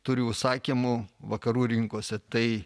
turi užsakymų vakarų rinkose tai